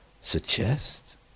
suggest